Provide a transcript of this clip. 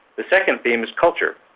the second theme is culture,